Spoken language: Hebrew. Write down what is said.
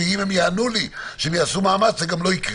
ואם הם יענו לי שהם יעשו מאמץ, זה גם לא יקרה.